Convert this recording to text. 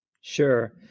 Sure